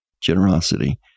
generosity